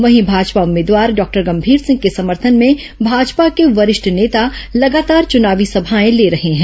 वहीं भाजपा उम्मीदवार डॉक्टर गंभीर सिंह के समर्थन में भाजपा के वरिष्ठ नेता लगातार चुनावी सभाएं ले रहे हैं